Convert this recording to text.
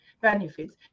benefits